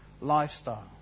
lifestyle